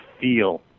feel